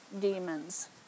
demons